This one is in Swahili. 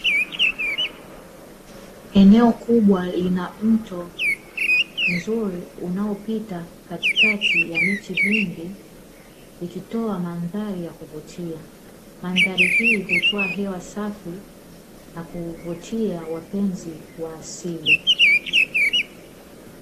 Eneo kubwa lina mto mzuri unaopita katikati ya miti mingi, ikitoa mandhari ya kuvutia. Mandhari hii hutoa hewa safi na kuvutia wapenzi wa asili.